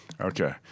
Okay